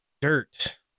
dirt